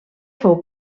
fou